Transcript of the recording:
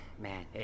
Man